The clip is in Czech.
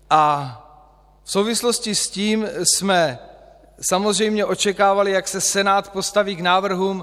V souvislosti s tím jsme samozřejmě očekávali, jak se Senát postaví k návrhům.